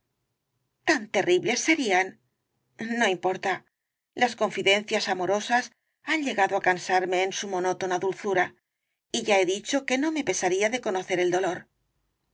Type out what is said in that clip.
tan terribles serían no importa las confidencias amorosas han llegado á cansarme con su morosalía de castro nótona dulzura y ya he dicho que no me pesaría de conocer el dolor